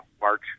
March